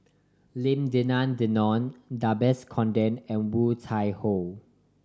Lim Denan Denon Conde and Woon Tai Ho